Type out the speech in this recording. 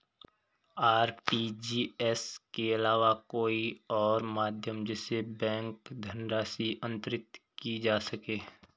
RTGS के अलावा कोई और माध्यम जिससे बैंक धनराशि अंतरित की जा सके?